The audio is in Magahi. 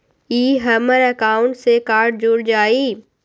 ई हमर अकाउंट से कार्ड जुर जाई?